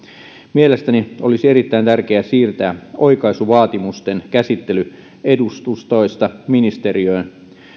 mielestäni olisi erittäin tärkeää siirtää oikaisuvaatimusten käsittely edustustoista ministeriöön